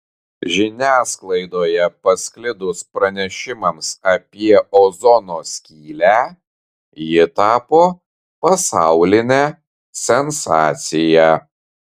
žiniasklaidoje pasklidus pranešimams apie ozono skylę ji tapo pasauline sensacija